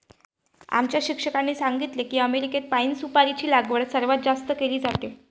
आमच्या शिक्षकांनी सांगितले की अमेरिकेत पाइन सुपारीची लागवड सर्वात जास्त केली जाते